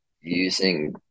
using